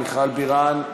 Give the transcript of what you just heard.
מיכל בירן,